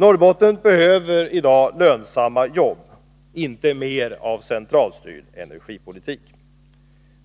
Norrbotten behöver i dag lönsamma arbeten, inte mer av centralstyrd energipolitik.